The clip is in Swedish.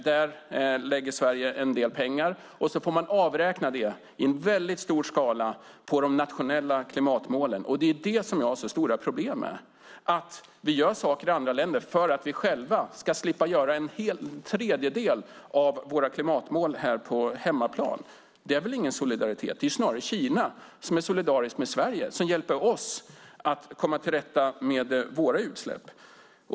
Där lägger Sverige en del pengar, och så får man avräkna det i en väldigt stor skala på de nationella klimatmålen. Det är detta jag har så stora problem med, att vi gör saker i andra länder för att vi själva ska slippa göra en tredjedel av våra klimatmål här på hemmaplan. Det är väl ingen solidaritet? Det är snarare Kina som är solidariskt med Sverige och hjälper oss att komma till rätta med våra utsläpp.